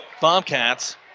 Bobcats